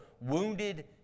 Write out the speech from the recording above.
wounded